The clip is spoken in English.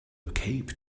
cape